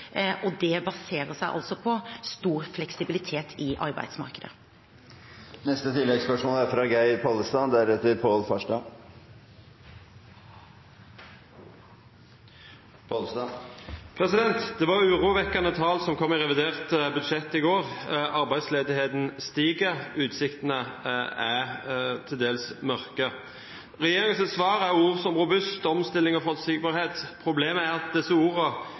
og det baserer seg på stor fleksibilitet i arbeidsmarkedet. Geir Pollestad – til oppfølgingsspørsmål. Det var urovekkende tall som kom i revidert budsjett i går. Arbeidsledigheten stiger, utsiktene er til dels mørke. Regjeringens svar er ord som «robust», «omstilling» og «forutsigbarhet». Problemet er at disse